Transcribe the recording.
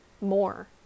more